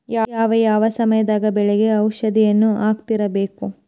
ಯಾವ ಯಾವ ಸಮಯದಾಗ ಬೆಳೆಗೆ ಔಷಧಿಯನ್ನು ಹಾಕ್ತಿರಬೇಕು?